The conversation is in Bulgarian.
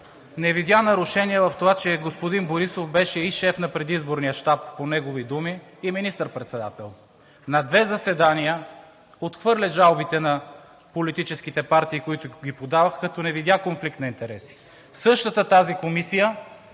не видя нарушение в това, че господин Борисов беше и шеф на предизборния щаб, по негови думи, и министър-председател. На две заседания отхвърли жалбите на политическите партии, които ги подадоха, като не видя конфликт на интереси. Същата тази комисия